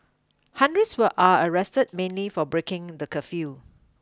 hundreds were are arrested mainly for breaking the curfew